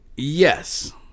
Yes